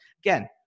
again